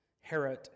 Herod